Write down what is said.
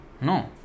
no